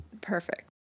Perfect